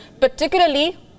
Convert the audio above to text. Particularly